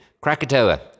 krakatoa